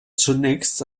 zunächst